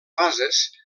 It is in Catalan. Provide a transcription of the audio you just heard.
fases